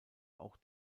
auch